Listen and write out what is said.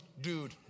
dude